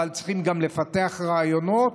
אבל צריכים גם לפתח רעיונות,